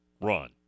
run